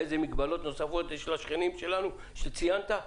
אילו מגבלות נוספות יש לשכנים שלנו שציינת?